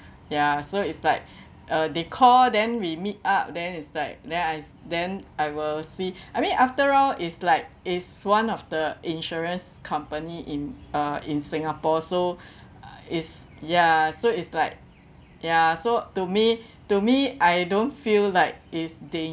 ya so it's like uh they call then we meet up then is like then I s~ then I will see I mean after all it's like is one of the insurance company in uh in singapore so it’s ya so it’s like ya so to me to me I don't feel like it's